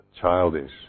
childish